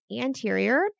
anterior